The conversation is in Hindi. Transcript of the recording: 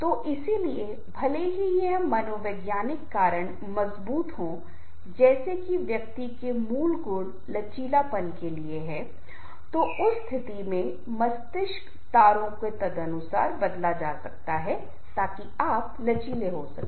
तो इसलिए भले ही ये मनोवैज्ञानिक कारक मजबूत हों जैसे कि व्यक्ति के मूल गुण लचीलापन के लिए हैं तो उस स्थिति में मस्तिष्क तारों को तदनुसार बदला जा सकता है ताकि आप अधिक लचीला भी हो सकें